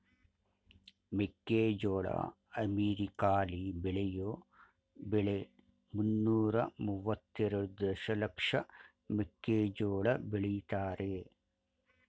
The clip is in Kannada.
ಮೆಕ್ಕೆಜೋಳ ಅಮೆರಿಕಾಲಿ ಬೆಳೆಯೋ ಬೆಳೆ ಮುನ್ನೂರ ಮುವತ್ತೆರೆಡು ದಶಲಕ್ಷ ಮೆಕ್ಕೆಜೋಳ ಬೆಳಿತಾರೆ